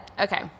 Okay